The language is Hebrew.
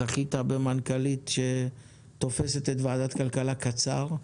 זכית במנכ"לית שתופסת את ועדת הכלכלה קצר.